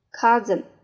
cousin